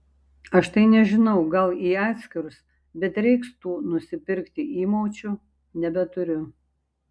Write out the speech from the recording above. aš tai nežinau gal į atskirus bet reiks tų nusipirkti įmaučių nebeturiu